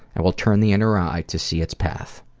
i will turn the inner eye to see its path.